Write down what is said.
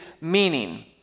meaning